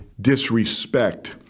disrespect